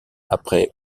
après